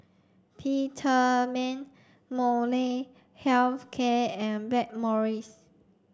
Peptamen Molnylcke health care and Blackmores